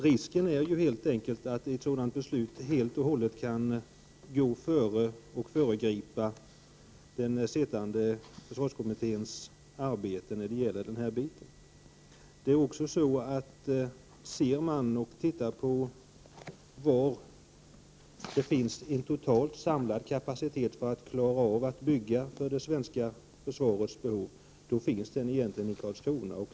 Risken är helt enkelt att ett sådant beslut helt och hållet kan föregripa den sittande försvarskommitténs arbete. Tittar man på var det finns en samlad total kapacitet för att klara att bygga för det svenska försvarets behov visar det sig att den finns i Karlskrona.